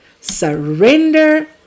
surrender